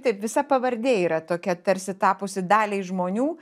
taip visa pavardė yra tokia tarsi tapusi daliai žmonių